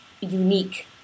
unique